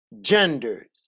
genders